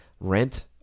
Rent